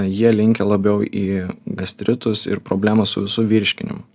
jie linkę labiau į gastritus ir problemas su visu virškinimu